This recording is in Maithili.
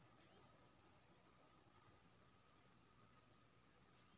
ए.टी.एम मे आइ काल्हि पाइ जमा करबाक सुविधा सेहो भेटि रहल छै